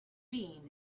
bean